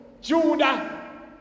Judah